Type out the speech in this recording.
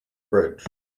bridge